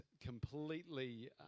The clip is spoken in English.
completely